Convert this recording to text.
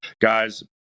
guys